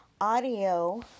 audio